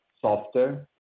softer